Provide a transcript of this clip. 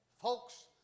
folks